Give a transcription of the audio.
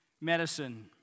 Medicine